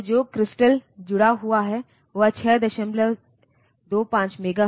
इसलिए जब हम चर्चा करेंगे हम इंटरप्ट पर चर्चा करेंगे